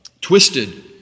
twisted